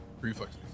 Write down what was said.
Reflex